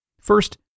First